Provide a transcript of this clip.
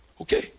Okay